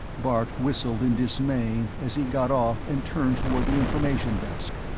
bart whistled in dismay as he got off and turned toward the information desk.